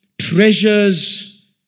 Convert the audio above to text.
treasures